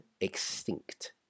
extinct